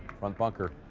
front bunker.